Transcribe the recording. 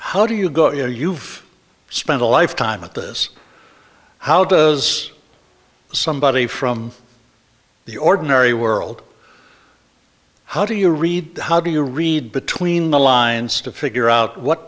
how do you go you know you've spent a lifetime at this how does somebody from the ordinary world how do you read the how do you read between the lines to figure out what